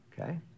okay